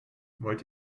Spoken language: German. wollt